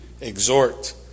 exhort